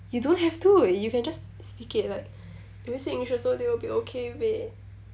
you don't have to you can just speak it like if you speak english also they will be okay with it